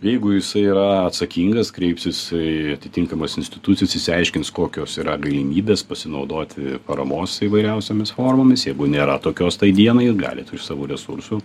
jeigu jisai yra atsakingas kreipsis į atitinkamas institucijas išsiaiškins kokios yra galimybės pasinaudoti paramos įvairiausiomis formomis jeigu nėra tokios tai dienai galit iš savų resursų